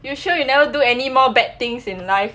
you sure you never do any more bad things in life